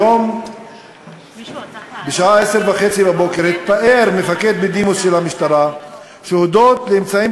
היום בשעה 10:30 התפאר מפקד בדימוס של המשטרה שהודות לאמצעים